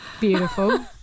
Beautiful